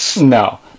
No